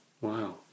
Wow